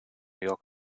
york